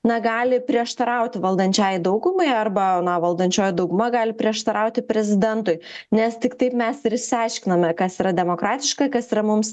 na gali prieštarauti valdančiajai daugumai arba na valdančioji dauguma gali prieštarauti prezidentui nes tik taip mes ir išsiaiškiname kas yra demokratiška kas yra mums